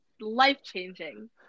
life-changing